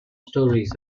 stories